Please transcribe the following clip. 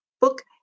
book